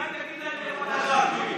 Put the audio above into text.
אולי תגיד להם איפה אתה גר.